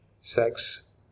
sex